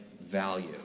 value